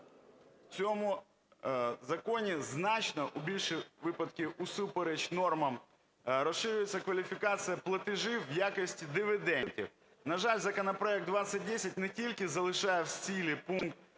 У цьому законі значно у більшості випадків усупереч нормам розширюється кваліфікація платежів в якості дивідендів. На жаль, законопроект 2010 не тільки залишає в силі пункт